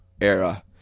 era